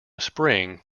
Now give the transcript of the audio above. spring